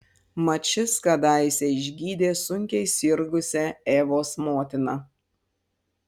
mat šis kadaise išgydė sunkiai sirgusią evos motiną